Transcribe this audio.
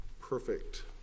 perfect